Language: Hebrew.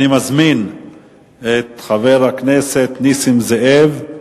אני מזמין את חבר הכנסת נסים זאב,